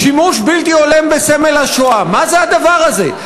"שימוש בלתי הולם בסמל השואה" מה זה הדבר הזה?